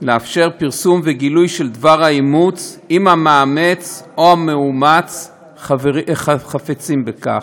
לאפשר פרסום וגילוי של דבר האימוץ אם המאמץ או המאומץ חפצים בכך.